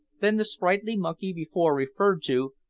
than the sprightly monkey, before referred to,